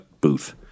booth